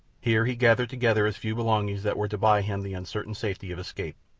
here he gathered together his few belongings that were to buy him the uncertain safety of escape,